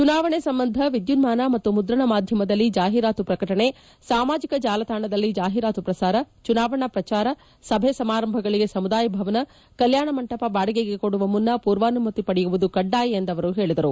ಚುನಾವಣೆ ಸಂಬಂಧ ವಿದ್ಯುನ್ಮಾನ ಮತ್ತು ಮುದ್ರಣ ಮಾಧ್ಯಮದಲ್ಲಿ ಜಾಹೀರಾತು ಪ್ರಕಟಣೆ ಸಾಮಾಜಿಕ ಜಾಲತಾಣದಲ್ಲಿ ಜಾಹೀರಾತು ಪ್ರಸಾರ ಚುನಾವಣಾ ಪ್ರಚಾರ ಸಭೆ ಸಮಾರಂಭಗಳಿಗೆ ಸಮುದಾಯ ಭವನ ಕಲ್ಕಾಣ ಮಂಟಪ ಬಾಡಿಗೆಗೆ ಕೊಡುವ ಮುನ್ನ ಪೂರ್ವಾನುಮತಿ ಪಡೆಯುವುದು ಕಡ್ಡಾಯ ಎಂದು ಅವರು ಹೇಳಿದರು